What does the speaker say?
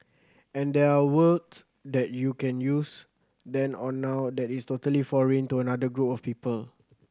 and there words that you can use then or now that is totally foreign to another group of people